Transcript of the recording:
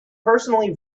personally